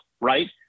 right